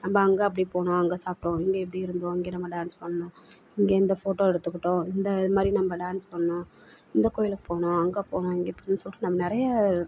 நம்ம அங்கே அப்படி போனோம் அங்கே சாப்பிட்டோம் இங்கே இப்படி இருந்தோம் இங்கே நம்ம டான்ஸ் பண்ணிணோம் இங்கே இந்த ஃபோட்டோ எடுத்துக்கிட்டோம் இந்த இது மாதிரி நம்ம டான்ஸ் பண்ணிணோம் இந்த கோயிலுக்கு போனோம் அங்கே போனோம் இங்கே போனோம் சொல்லிட்டு நம்ம நிறைய